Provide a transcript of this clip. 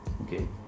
okay